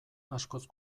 askoz